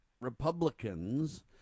Republicans